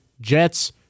Jets